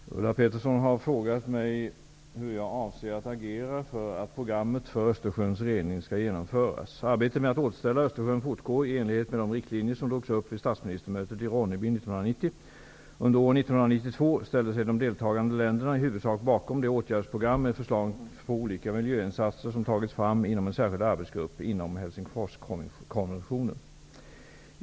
Fru talman! Ulla Pettersson har frågat mig hur jag avser att agera för att programmet för Östersjöns rening skall genomföras. Arbetet med att återställa Östersjön fortgår i enlighet med de riktlinjer som drogs upp vid statsministermötet i Ronneby 1990. Under år 1992 ställde sig de deltagande länderna i huvudsak bakom det åtgärdsprogram, med förslag på olika miljöinsatser, som tagits fram inom en särskild arbetsgrupp inom Helsingforskonventionen.